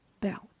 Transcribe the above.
belt